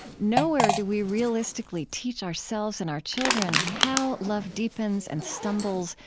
nowhere do we realistically teach ourselves and our children how love deepens and stumbles,